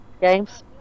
Games